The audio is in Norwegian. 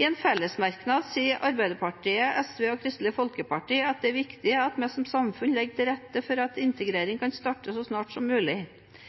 I en fellesmerknad sier Arbeiderpartiet, SV og Kristelig Folkeparti at det er viktig at vi som samfunn legger til rette for at